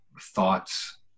thoughts